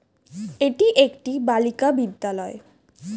এটি একটি বালিকা বিদ্যালয়